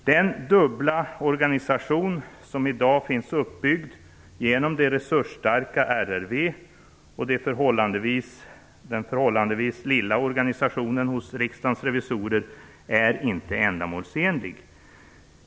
Den dubbla organisation som i dag finns uppbyggd genom det resursstarka RRV och den förhållandevis lilla organisationen hos Riksdagens revisorer är inte ändamålsenlig.